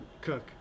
Cook